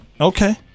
Okay